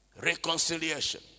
Reconciliation